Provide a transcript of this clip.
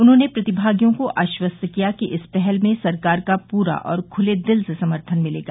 उन्होंने प्रतिभागियों को आश्वस्त किया कि इस पहल में सरकार का पूरा और खुले दिल से समर्थन मिलेगा